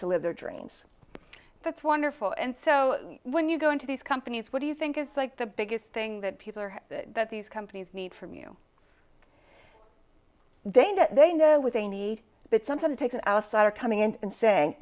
to live their dreams that's wonderful and so when you go into these companies what do you think it's like the biggest thing that people are that these companies need from you then that they know what they need but sometimes it takes an outsider coming in and saying